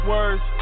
Words